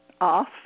off